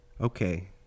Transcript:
Okay